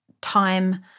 time